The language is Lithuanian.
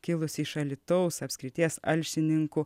kilusi iš alytaus apskrities alšininkų